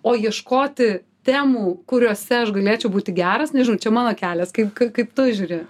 o ieškoti temų kuriose aš galėčiau būti geras nežinau čia mano kelias kaip kaip tu žiūri